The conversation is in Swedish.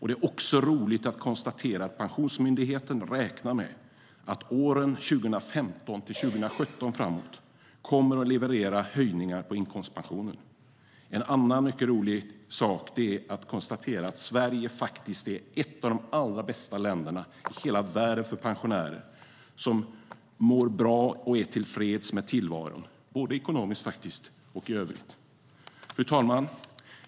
Det är roligt att konstatera att Pensionsmyndigheten räknar med att åren 2015-2017 och framåt kommer att leverera höjningar på inkomstpensionen. Fru talman!